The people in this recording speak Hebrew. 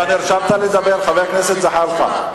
אתה נרשמת לדבר, חבר הכנסת זחאלקה?